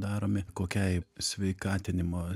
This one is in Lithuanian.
daromi kokiai sveikatinimo